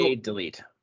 Delete